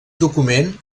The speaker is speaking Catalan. document